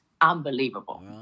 unbelievable